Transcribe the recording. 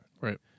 right